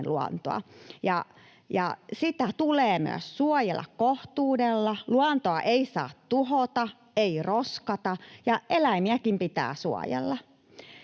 sitä tulee myös suojella kohtuudella. Luontoa ei saa tuhota, ei roskata, ja eläimiäkin pitää suojella.